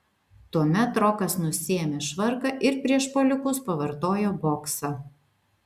tuomet rokas nusiėmė švarką ir prieš puolikus pavartojo boksą